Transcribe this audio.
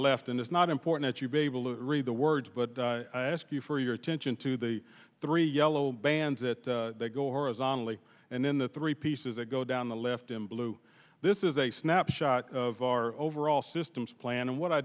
left and it's not important you be able to read the words but i ask you for your attention to the three yellow bands that they go horizontally and then the three pieces that go down the left in blue this is a snapshot of our overall systems plan and what i